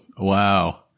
wow